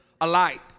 alike